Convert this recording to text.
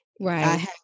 Right